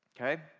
Okay